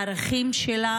על פי ערכים שלה,